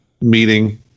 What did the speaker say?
meeting